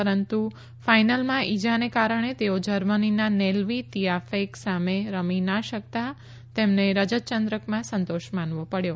પરંતુ ફાઇનલમાં ઇજાને કારણે તેઓ જર્મનીના નેલવી તીઆફેક સામે રમી ના શકતા તેમને રજત ચંદ્રકમાં સંતોષ માનવો પડયો